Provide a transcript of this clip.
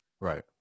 Right